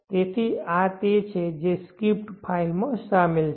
તેથી આ તે છે જે સ્ક્રિપ્ટ ફાઇલમાં શામેલ છે